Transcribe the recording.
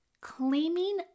Claiming